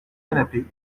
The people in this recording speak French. canapé